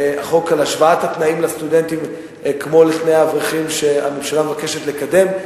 החוק על השוואת התנאים לסטודנטים לתנאי אברכים שהממשלה מבקשת לקדם,